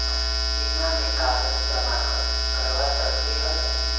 बीमा में कागज जमाकर करवा सकलीहल?